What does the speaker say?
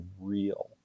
real